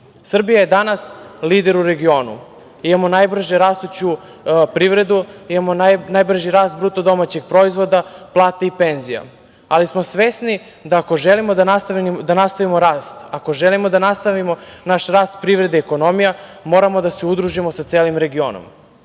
važni. Srbija je danas lider u regionu. Imamo najbrže rastuću privredu, imamo najbrži rast BDP plata i penzija, ali smo svesni da ako želimo da nastavimo rast, ako želimo da nastavimo naš rast privrede i ekonomija moramo da se udružimo sa celim regionom. Kao